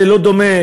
זה לא דומה.